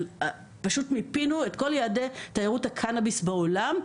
ומיפינו את כל יעדי תיירות הקנאביס בעולם.